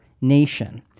nation